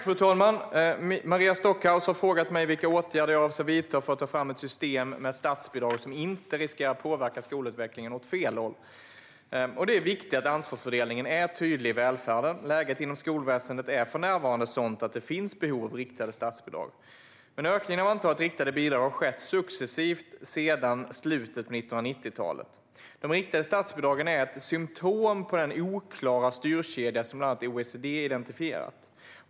Fru talman! Maria Stockhaus har frågat mig vilka åtgärder jag avser att vidta för att ta fram ett system med statsbidrag som inte riskerar att påverka skolutvecklingen åt fel håll. Det är viktigt att ansvarsfördelningen är tydlig i välfärden. Läget inom skolväsendet är för närvarande sådant att det finns behov av riktade statsbidrag. Ökningen av antalet riktade bidrag har skett successivt sedan slutet av 1990-talet. De riktade statsbidragen är ett symtom på den oklara styrkedja som bland annat OECD identifierat.